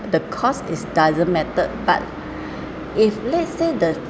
the cost is doesn't matter but if let's say the